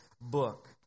book